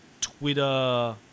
Twitter